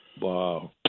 Wow